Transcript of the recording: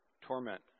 torment